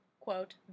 quote